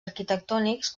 arquitectònics